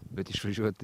bet išvažiuot